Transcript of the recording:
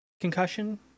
concussion